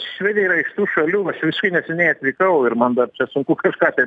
švedija yra iš tų šalių aš visiškai neseniai atvykau ir man dar čia sunku kažką tai